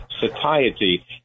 satiety